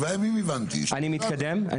מה